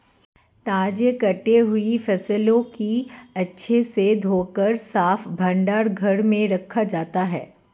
ताजा कटी हुई फसलों को अच्छे से धोकर साफ भंडार घर में रखा जाता है